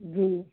जी